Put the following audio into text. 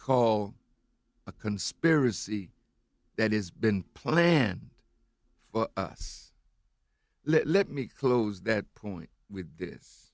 call a conspiracy that has been planned for us let me close that point with his